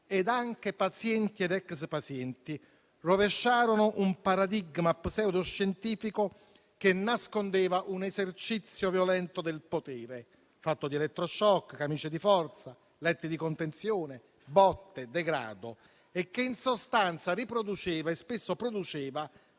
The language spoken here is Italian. ed anche pazienti ed ex pazienti rovesciarono un paradigma pseudoscientifico che nascondeva un esercizio violento del potere fatto di elettroshock, camicie di forza, letti di contenzione, botte, degrado e che in sostanza riproduceva e spesso produceva